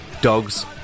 dogs